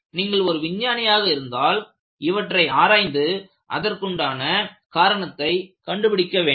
நீங்கள் ஒரு விஞ்ஞானியாக இருந்தால் இவற்றை ஆராய்ந்து அதற்குண்டான காரணத்தை கண்டுபிடிக்க வேண்டும்